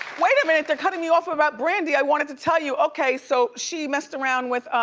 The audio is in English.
wait a minute, they're cutting me off about brandy, i wanted to tell you, okay, so she messed around with